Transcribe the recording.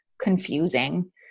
confusing